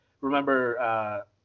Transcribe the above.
Remember